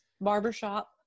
barbershop